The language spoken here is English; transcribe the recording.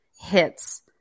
hits